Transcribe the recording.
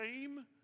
shame